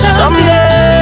someday